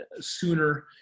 sooner